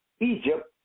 Egypt